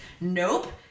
Nope